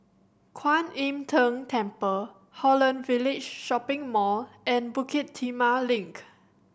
Kwan Im Tng Temple Holland Village Shopping Mall and Bukit Timah Link